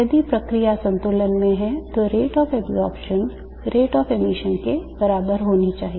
यदि प्रक्रिया संतुलन में है तो rate of absorption rate of emission के बराबर होनी चाहिए